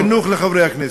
חינוך לחברי הכנסת.